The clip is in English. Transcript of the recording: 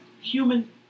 human